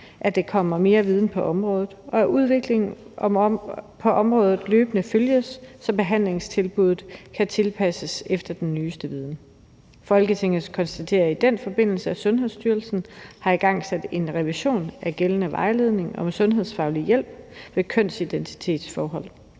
at der kommer mere viden på området, og at udviklingen på området løbende følges, så behandlingstilbuddet kan tilpasses efter nyeste viden. Folketinget konstaterer i den forbindelse, at Sundhedsstyrelsen har igangsat en revision af gældende vejledning om sundhedsfaglig hjælp ved kønsidentitetsforhold.